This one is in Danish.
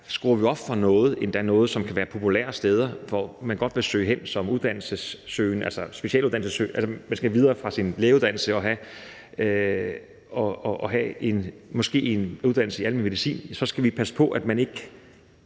skruer op for noget nogle steder, som endda kan være populære steder, og hvor man godt vil søge hen som specialeuddannelsessøgende, altså når man skal videre fra sin lægeuddannelse og måske have en uddannelse i almen medicin, så skal passe på ikke